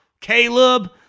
Caleb